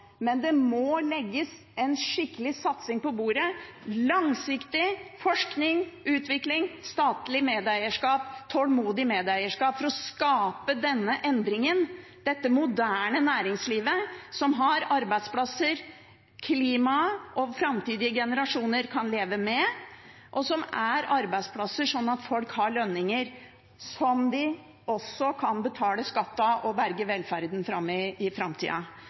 men det må legges en skikkelig satsing på bordet – langsiktig – med forskning, utvikling, statlig medeierskap, tålmodig medeierskap, for å skape denne endringen, dette moderne næringslivet, som har arbeidsplasser som klimaet og framtidige generasjoner kan leve med, og som er arbeidsplasser der folk har lønninger som de også kan betale skatt av, og slik berge velferden i framtida.